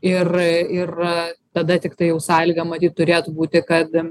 ir ir tada tiktai jau sąlyga matyt turėtų būti kad